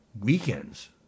weekends